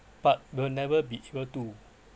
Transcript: but will never be able to